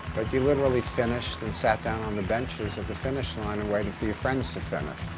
like, you literally finished and sat down on the benches of the finish line and waited for your friends to finish.